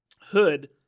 Hood